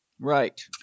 right